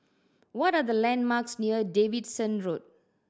what are the landmarks near Davidson Road